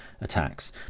attacks